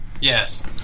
yes